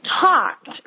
talked